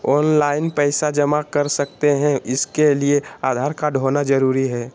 Online पैसा जमा कर सकते हैं उसके लिए आधार कार्ड होना जरूरी है?